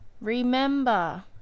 Remember